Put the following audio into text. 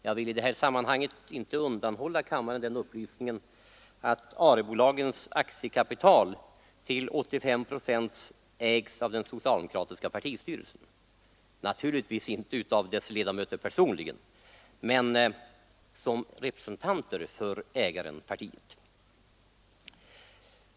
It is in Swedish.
Jag vill i detta sammanhang inte undanhålla kammaren den upplysningen att ARE-bolagens aktiekapital till 85 procent ägs av den socialdemokratiska partistyrelsen — naturligtvis inte av dess ledamöter personligen, men av dem som representanter för ägaren—partiet.